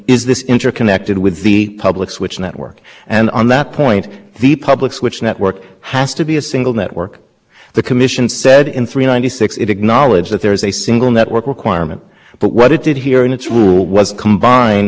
public switch network has to be a single network the commission said in three ninety six it acknowledge that there is a single network requirement but what it did here in its rule was combine two different networks the network that ends intending to telephone numbers and the